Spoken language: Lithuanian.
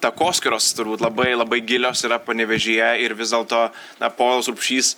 takoskyros turbūt labai labai gilios yra panevėžyje ir vis dėlto na povilas urbšys